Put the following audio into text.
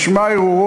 נשמע ערעור,